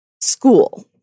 school